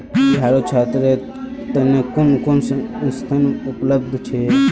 बिहारत छात्रेर तने कुन कुन ऋण उपलब्ध छे